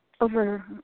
over